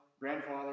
grandfather